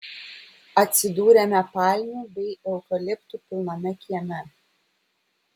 atsidūrėme palmių bei eukaliptų pilname kieme